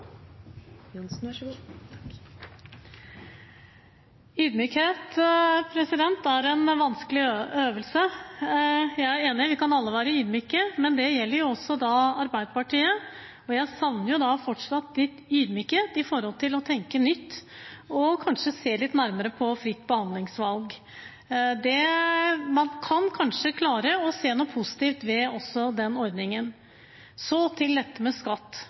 Johnsen har hatt ordet to ganger og får ordet til en kort merknad, begrenset til 1 minutt. Ydmykhet er en vanskelig øvelse. Jeg er enig i at vi alle kan være ydmyke, men det gjelder også Arbeiderpartiet. Jeg savner fortsatt litt ydmykhet i forhold til å tenke nytt og kanskje se litt nærmere på fritt behandlingsvalg. Man kan kanskje klare å se noe positivt også ved den ordningen. Så til dette med skatt.